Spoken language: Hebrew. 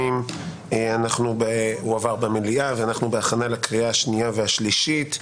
2). היא עברה במליאה ואנחנו בהכנה לקריאה שנייה ושלישית.